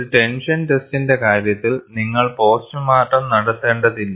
ഒരു ടെൻഷൻ ടെസ്റ്റിന്റെ കാര്യത്തിൽ നിങ്ങൾ പോസ്റ്റ്മോർട്ടം നടത്തേണ്ടതില്ല